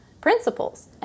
principles